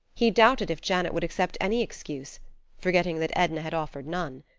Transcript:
he doubted if janet would accept any excuse forgetting that edna had offered none.